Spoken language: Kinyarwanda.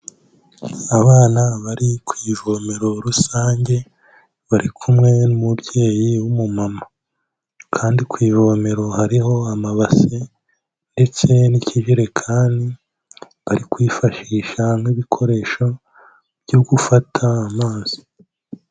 Abana bari ku ivomero rusange, bari kumwe n'umubyeyi w'umumama. Kandi ku ivomero hariho amabase ndetse n'ikijerekani ari kwifashisha nk'ibikoresho byo gufata amazi.